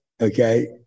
Okay